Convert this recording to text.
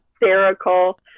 hysterical